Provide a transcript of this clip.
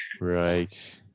right